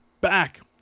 back